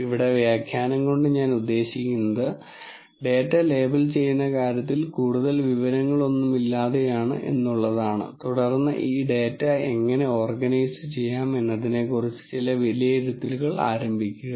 ഇവിടെ വ്യാഖ്യാനം കൊണ്ട് ഞാൻ ഉദ്ദേശിക്കുന്നത് ഡാറ്റ ലേബൽ ചെയ്യുന്ന കാര്യത്തിൽ കൂടുതൽ വിവരങ്ങളൊന്നുമില്ലാതെയാണ് എന്നുള്ളതാണ് തുടർന്ന് ഈ ഡാറ്റ എങ്ങനെ ഓർഗനൈസുചെയ്യാം എന്നതിനെ കുറിച്ച് ചില വിലയിരുത്തലുകൾ ആരംഭിക്കുക